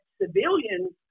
civilians